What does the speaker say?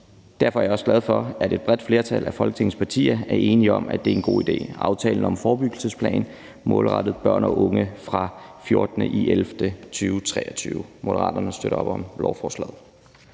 Derfor er jeg også glad for, at et bredt flertal af Folketingets partier er enige om, at det er en god idé med aftalen om en forebyggelsesplan målrettet børn og unge fra den 14. november 2023. Moderaterne støtter op om lovforslaget.